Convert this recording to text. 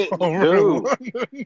dude